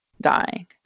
dying